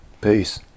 peace